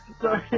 Sorry